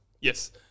yes